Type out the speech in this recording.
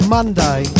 Monday